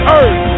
earth